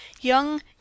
young